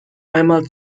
einmal